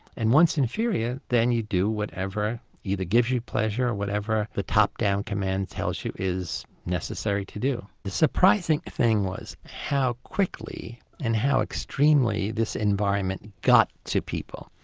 and once inferior, then you can do whatever either gives you pleasure or whatever the top-down command tells you is necessary to do. the surprising thing was how quickly and how extremely this environment got to people.